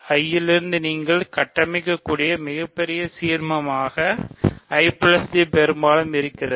I இருந்து நீங்கள் கட்டமைக்கக்கூடிய மிகப்பெரிய சீர்மமாக I J பெரும்பாலும் இருக்கிரது